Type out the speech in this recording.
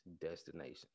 Destination